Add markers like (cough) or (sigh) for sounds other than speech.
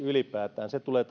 (unintelligible) ylipäätään tulee (unintelligible)